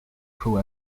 who